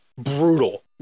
brutal